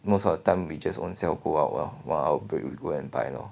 most of the time we just ownself go out lor while our break we go and buy you know